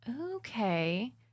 Okay